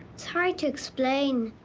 it's hard to explain.